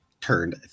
turned